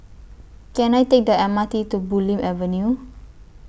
Can I Take The M R T to Bulim Avenue